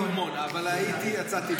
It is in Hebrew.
אבל היית בחרמון, אבל הייתי, יצאתי ב-17:00.